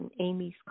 Amy's